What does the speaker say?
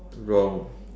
wrong